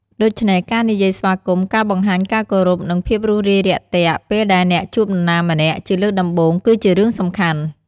ដូច្នេះការនិយាយស្វាគមន៍ ការបង្ហាញការគោរព និងភាពរួសរាយរាក់ទាក់ពេលដែលអ្នកជួបនរណាម្នាក់ជាលើកដំបូងគឺជារឿងសំខាន់។